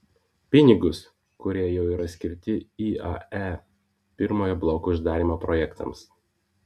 pinigus kurie jau yra skirti iae pirmojo bloko uždarymo projektams